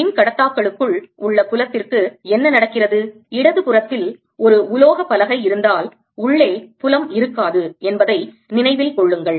மின்கடத்தாக்களுக்குள் உள்ள புலத்திற்கு என்ன நடக்கிறது இடது புறத்தில் ஒரு உலோக பலகை இருந்தால் உள்ளே புலம் இருக்காது என்பதை நினைவில் கொள்ளுங்கள்